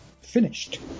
finished